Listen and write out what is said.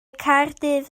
caerdydd